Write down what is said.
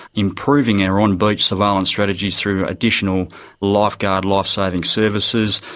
improving our on-beach surveillance strategies through additional lifeguard, lifesaving services,